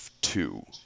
two